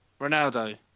Ronaldo